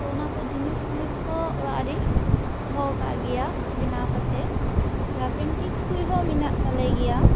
ᱛᱚ ᱚᱱᱟ ᱠᱚ ᱡᱤᱱᱤᱥ ᱱᱤᱛ ᱦᱚᱸ ᱚᱲᱟᱜ ᱨᱤᱧ ᱫᱚᱦᱚ ᱟᱠᱟᱫ ᱜᱮᱭᱟ ᱵᱮᱱᱟᱣ ᱠᱟᱛᱮᱫ ᱡᱟᱦᱟᱸ ᱯᱤᱱᱴᱤᱱ ᱠᱩᱡ ᱦᱚᱸ ᱢᱮᱱᱟᱜ ᱛᱟᱞᱮ ᱜᱮᱭᱟ